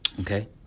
Okay